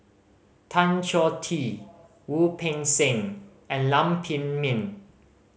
Tan Choh Tee Wu Peng Seng and Lam Pin Min